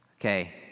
Okay